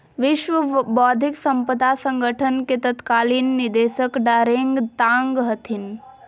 विश्व बौद्धिक साम्पदा संगठन के तत्कालीन निदेशक डारेंग तांग हथिन